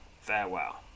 farewell